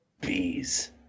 Bees